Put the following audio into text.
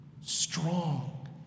strong